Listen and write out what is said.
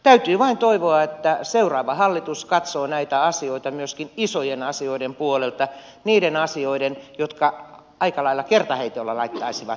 täytyy vain toivoa että seuraava hallitus katsoo näitä asioita myöskin isojen asioiden puolelta niiden asioiden jotka aika lailla kertaheitolla laittaisivat talouttamme kuntoon